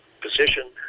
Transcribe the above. position